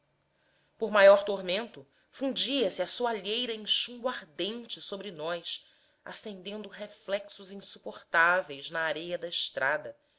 por maior tormento fundia se a soalheira em chumbo ardente sobre nós acendendo reflexos insuportáveis na areia da estrada